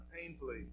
painfully